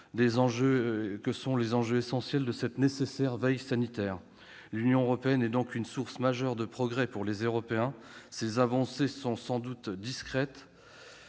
nous ont rappelé l'importance des enjeux de veille sanitaire. L'Union européenne est donc une source majeure de progrès pour les Européens. Ses avancées sont sans doute discrètes